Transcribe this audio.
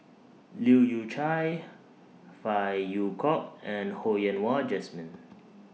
Leu Yew Chye Phey Yew Kok and Ho Yen Wah Jesmine